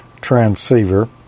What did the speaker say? transceiver